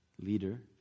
leader